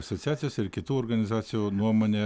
asociacijos ir kitų organizacijų nuomonė